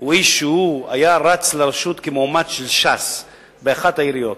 הוא איש שרץ לרשות, כמועמד של ש"ס באחת העיריות,